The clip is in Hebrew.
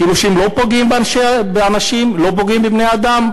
כאילו הם לא פוגעים באנשים, לא פוגעים בבני-אדם.